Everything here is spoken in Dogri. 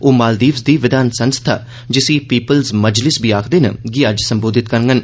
ओह मालदीव्स दी विधान संस्था जिसी पीपल्स मजलिस बी आखदे न गी अज्ज संबोधित करङन